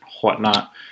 whatnot